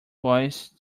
voice